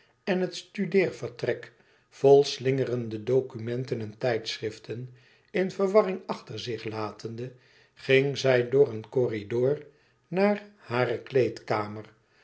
en het studeervertrek vol slingerende documenten en tijdschriften in verwarring achter zich latende ging zij door een corridor naar hare kleedkamer